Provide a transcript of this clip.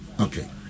Okay